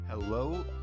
Hello